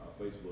Facebook